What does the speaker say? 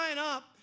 up